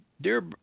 Dear